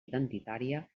identitària